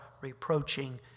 reproaching